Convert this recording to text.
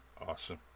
awesome